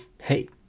hey